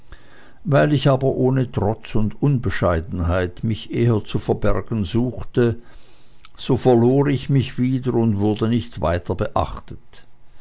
weil ich aber ohne trotz und unbescheidenheit mich eher zu verbergen suchte so verlor ich mich wieder und wurde nicht weiter beachtet